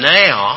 now